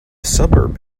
suburb